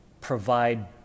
provide